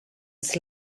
this